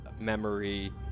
memory